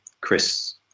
Chris